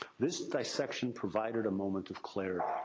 this dissection provided a moment of clarity.